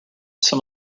some